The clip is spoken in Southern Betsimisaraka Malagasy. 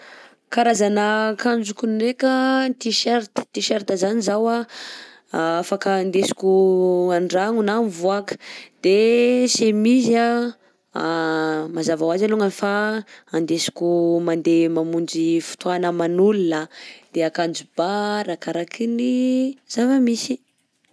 Karazana akanjoko ndreka: t-shirt t-shirt zany zaho afaka andesiko andragno na mivoaka, de chemise a mazava ho azy alongany fa andesiko mandeha mamonjy fotoana aman'olo, de akanjo ba arakaraky ny zava-misy.